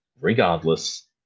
regardless